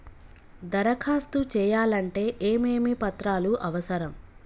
దరఖాస్తు చేయాలంటే ఏమేమి పత్రాలు అవసరం?